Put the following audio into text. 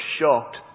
shocked